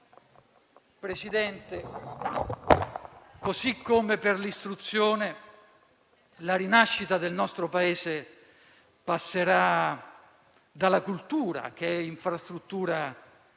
Presidente, così come per l'istruzione, la rinascita del nostro Paese passerà dalla cultura che è infrastruttura